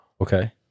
Okay